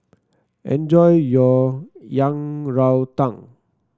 enjoy your Yang Rou Tang